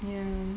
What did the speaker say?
ya